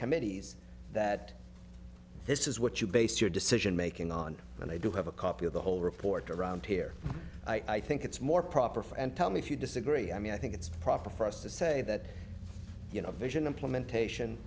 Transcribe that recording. committees that this is what you base your decision making on and i do have a copy of the whole report around here i think it's more proper for and tell me if you disagree i mean i think it's proper for us to say that you know a vision implementation